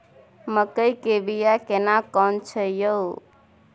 मकई के बिया केना कोन छै यो?